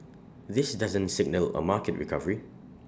this doesn't signal A market recovery